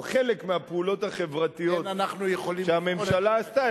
או חלק מהפעולות החברתיות שהממשלה עשתה,